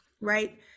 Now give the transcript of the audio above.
right